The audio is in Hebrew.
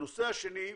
הנושא השני,